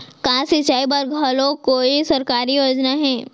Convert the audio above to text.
का सिंचाई बर घलो कोई सरकारी योजना हे?